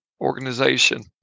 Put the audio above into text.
organization